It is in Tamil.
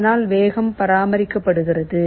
இதனால் வேகம் பராமரிக்கப்படுகிறது